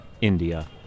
India